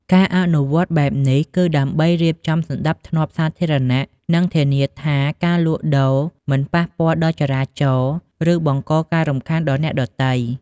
ការអនុវត្តបែបនេះ គឺដើម្បីរៀបចំសណ្ដាប់ធ្នាប់សាធារណៈ និងធានាថាការលក់ដូរមិនប៉ះពាល់ដល់ចរាចរណ៍ ឬបង្កការរំខានដល់អ្នកដទៃ។